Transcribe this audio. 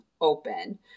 open